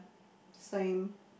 same